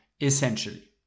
essentially